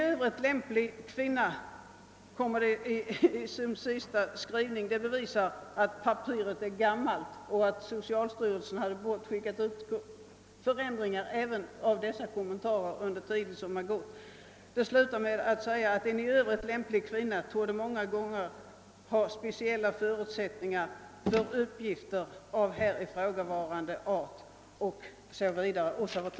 Slutligen heter det, och detta bevisar att papperet är gammalt och att socialstyrelsen hade bort skicka ut ändrade kommentarer under den tid som förflutit: >En i övrigt lämplig kvinna torde många gånger ha speciella förutsättningar för uppgifter av här ifrågavarande art» O. s. Vv.